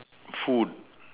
food